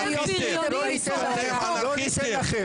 לא ניתן לכם.